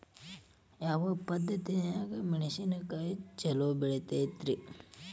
ಯಾವ ಪದ್ಧತಿನ್ಯಾಗ ಮೆಣಿಸಿನಕಾಯಿ ಛಲೋ ಬೆಳಿತೈತ್ರೇ?